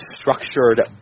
structured